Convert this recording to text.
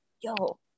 yo